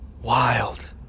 Wild